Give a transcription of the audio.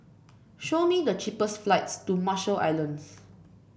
show me the cheapest flights to Marshall Islands